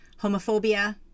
homophobia